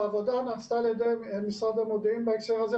העבודה נעשתה על ידי משרד המודיעין בהקשר הזה,